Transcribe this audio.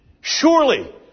Surely